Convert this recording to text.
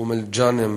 אום-אל-ע'אנם,